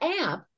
app